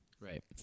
Right